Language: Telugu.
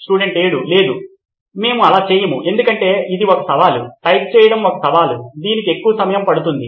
స్టూడెంట్ 7 లేదు మేము అలా చేయము ఎందుకంటే ఇది ఒక సవాలు టైప్ చేయడం ఒక సవాలు దీనికి ఎక్కువ సమయం పడుతుంది